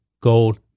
gold